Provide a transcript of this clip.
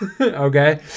okay